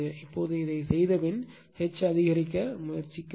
இப்போது இதைச் செய்த பின் H அதிகரிக்க முயற்சிக்கிறது